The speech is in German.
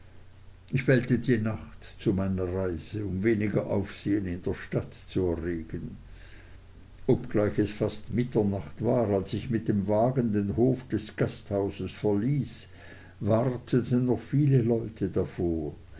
ich wählte die nacht zu meiner reise um weniger aufsehen in der stadt zu erregen obgleich es fast mitternacht war als ich mit dem wagen den hof des gasthauses verließ warteten noch viele leute davor